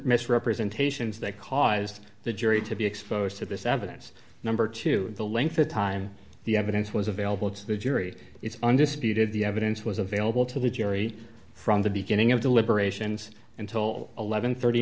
misrepresentations that caused the jury to be exposed to this evidence number two the length of time the evidence was available to the jury is undisputed the evidence was available to the jury from the beginning of deliberations until eleven thirty